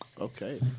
Okay